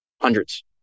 hundreds